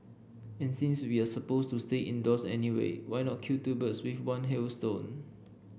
and since we're supposed to stay indoors anyway why not kill two birds with one hailstone